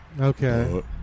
Okay